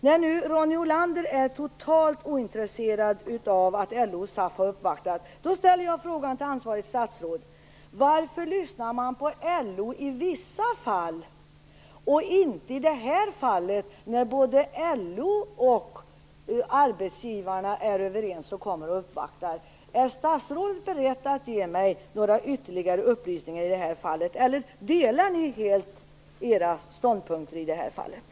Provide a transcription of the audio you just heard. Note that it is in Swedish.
När nu Ronny Olander är totalt ointresserad av att LO och SAF har genomfört en gemensam uppvaktning ställer jag frågan till ansvarigt statsråd: Varför lyssnar man på LO i vissa fall och inte i det här fallet, när LO och arbetsgivarna är överens och kommer och uppvaktar? Är statsrådet beredd att ge mig några ytterligare upplysningar i det här fallet, eller delar statsrådet och utskottets talesman helt ståndpunkter i den här frågan?